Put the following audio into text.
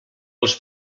les